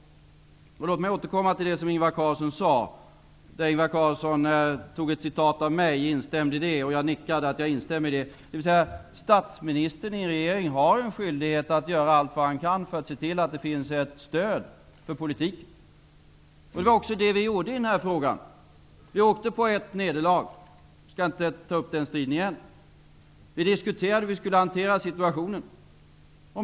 Låt mig återkomma till det som Ingvar Carlsson sade. Han tog ett citat från mig och instämde i det, och jag nickade till tecken på att jag instämde i detta. Statsministern i en regering har en skyldighet att göra allt vad han kan för att se till att det finns ett stöd för politiken. Det var också det vi gjorde i den här frågan. Vi åkte på ett nederlag. Jag skall inte ta upp den striden igen. Vi diskuterade hur vi skulle hantera situationen.